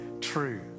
true